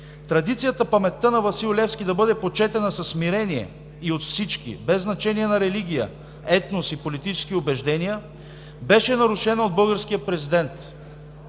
традицията паметта на Васил Левски да бъде почетена със смирение и от всички, без значение на религия, етнос и политически убеждения, беше нарушена от българския президент